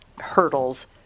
hurdles